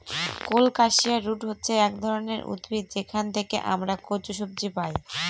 colocasia root হচ্ছে এক ধরনের উদ্ভিদ যেখান থেকে আমরা কচু সবজি পাই